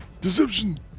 Deception